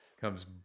comes